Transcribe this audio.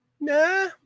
Nah